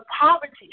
poverty